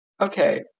Okay